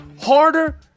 harder